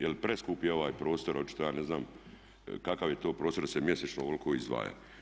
Jer preskup je ovaj prostor, očito ja ne znam kakav je to prostor da se mjesečno ovoliko izdvaja.